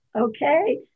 Okay